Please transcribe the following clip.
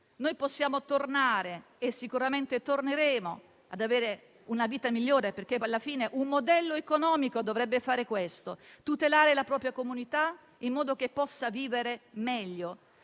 noi possiamo tornare e sicuramente torneremo ad avere una vita migliore, perché alla fine un modello economico dovrebbe fare questo: tutelare la propria comunità in modo che possa vivere meglio,